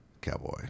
Cowboy